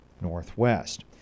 Northwest